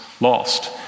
lost